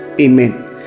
Amen